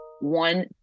one